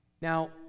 Now